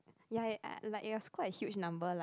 ya ya like it was a quite huge number like